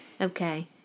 Okay